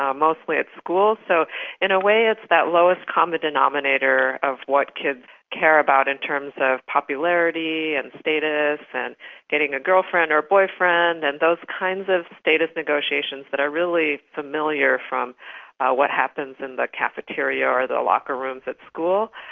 mostly at school. so in a way it's that lowest common denominator of what kids care about in terms of popularity and status and getting a girlfriend or boyfriend and those kinds of status negotiations that are really familiar from what happens in the cafeteria or the locker rooms at school.